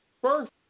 First